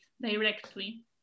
directly